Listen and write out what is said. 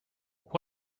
what